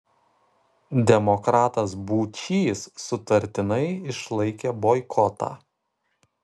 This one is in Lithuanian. demokratas būčys sutartinai išlaikė boikotą